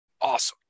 Awesome